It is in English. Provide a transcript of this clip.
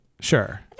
Sure